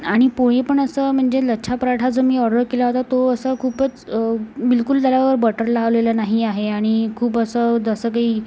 आणि पोळीपण असं म्हणजे लच्छा पराठा जो मी ऑर्डर केला होता तो असं खूपच बिलकुल त्याला बटर लावलेलं नाही आहे आणि खूप असं जसं काही